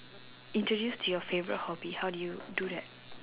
introduce to your favourite hobby how do you do that